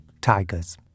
tigers